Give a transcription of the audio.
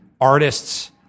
artists